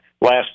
last